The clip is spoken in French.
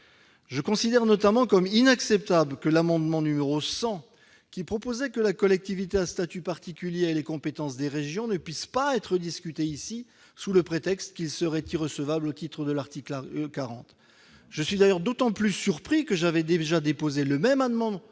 Je considère en particulier inacceptable que l'amendement n° 100, qui tendait à ce que la collectivité à statut particulier dispose des compétences des régions, ne puisse pas être discuté, sous le prétexte qu'il serait irrecevable au titre de l'article 40. Je suis d'autant plus surpris que j'avais déposé le même amendement